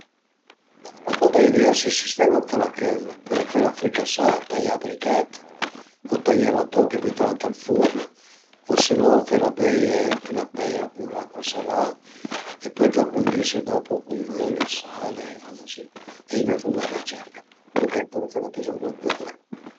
La patata a ie diversi sistemi për fela cõzi, pöle fela fricasà, taià a brichèt o taiela a toch e bütela ënt ël furn o se no fela böi ën na peila cun l'acua salà e pöi t'la cundise dopu cun l'öli, ël sal e vardla si a ie mia fumna ch'a më cerca, comuncue pöle fela cözi cume völe